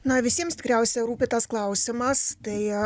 na visiems tikriausiai rūpi tas klausimas tai